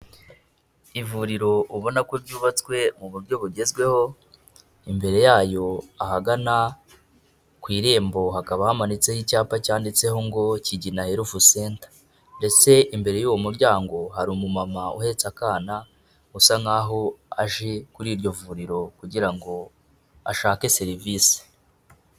Ivuriro ubona ko ryubatswe mu buryo bugezweho, imbere yayo ahagana ku irembo hakaba hamanitseho icyapa cyanditseho ngo Kigina health center, ndetse imbere y'uwo muryango hari umumama uhetse akana usa nkaho aje kuri iryo vuriro kugira ngo ashake serivisi.